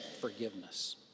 forgiveness